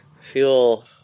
feel